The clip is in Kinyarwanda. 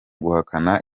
guhana